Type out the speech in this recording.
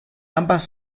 ambas